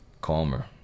calmer